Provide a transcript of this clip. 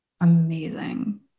amazing